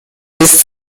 des